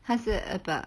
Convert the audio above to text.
他是 about